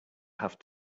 have